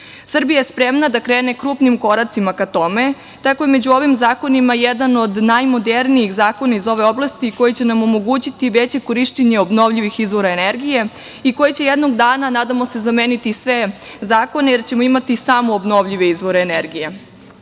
Srbija je spremna da krene krupnim koracima ka tome. Tako je među ovim zakonima jedan od najmodernijih zakona iz ove oblasti koji će nam omogućiti veće korišćenje obnovljivih izvora energije i koji će jednog dana, nadamo se, zameniti sve zakone jer ćemo imati samo obnovljive izvore energije.Zaštita